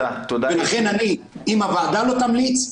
אם הוועדה לא תמליץ,